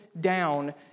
down